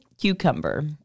cucumber